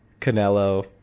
Canelo